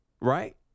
Right